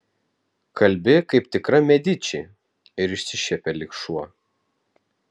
kalbi kaip tikra mediči ir išsišiepė lyg šuo